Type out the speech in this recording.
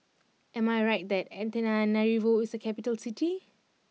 am I right that Antananarivo is a capital city